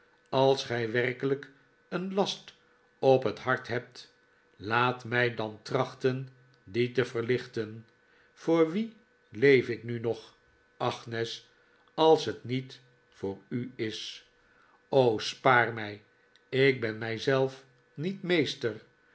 als gij werkelijk een last op het hart hebt laat rnij dan trachten dien te verlichten voor wie leef ik nu nog agnes als het niet voor u is spaar mij ik ben mij zelf niet meester